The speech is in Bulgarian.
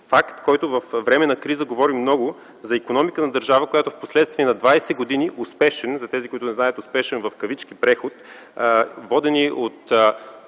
Факт, който във време на криза говори много за икономика на държава, която в следствие на двадесет години, успешен за тези, които не знаят – успешен, в кавички, преход, – водени от